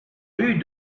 rue